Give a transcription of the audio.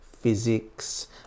Physics